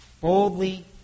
Boldly